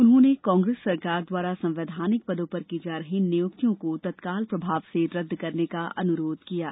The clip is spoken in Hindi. उन्होंने कांग्रेस सरकार द्वारा संवैधानिक पदों पर की जा रही नियुक्तियों को तत्काल प्रभाव से रद्द करने का अनुरोध किया है